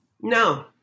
No